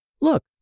look